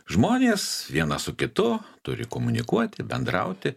žmonės vienas su kitu turi komunikuoti bendrauti